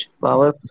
power